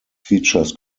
features